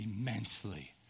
immensely